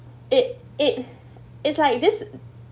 it it it's like this